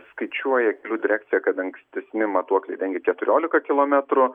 skaičiuoja kelių direkcija kad ankstesni matuokliai dengia keturiolika kilometrų